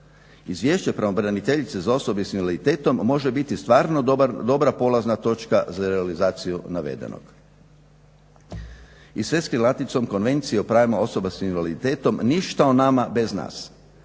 Izvješće pravobraniteljice za osobe sa invaliditetom može biti stvarno dobra polazna točka za realizaciju navedenog i sve s krilaticom Konvencije o pravima osoba sa invaliditetom „ništa o nama bez nas“.